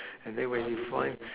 and then when you find